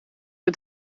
bij